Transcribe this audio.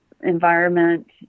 environment